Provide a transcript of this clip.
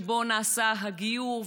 שבו נעשה הגיור,